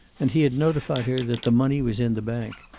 and he had notified her that the money was in the bank.